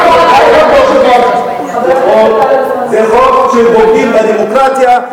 זה חוק של בוגדים בדמוקרטיה,